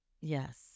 yes